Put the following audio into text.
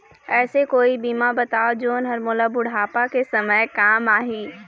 ऐसे कोई बीमा बताव जोन हर मोला बुढ़ापा के समय काम आही?